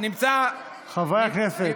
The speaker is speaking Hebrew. נמצא פה --- חברי הכנסת,